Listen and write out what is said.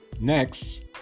Next